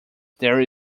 there